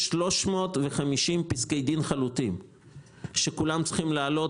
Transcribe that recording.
יש 350 פסקי דין חלוטים שצריכים לעלות